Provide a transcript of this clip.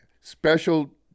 special